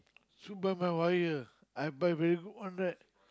superb my wire I buy very good one right